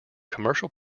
commercial